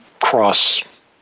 cross